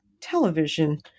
television